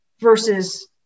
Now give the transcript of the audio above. versus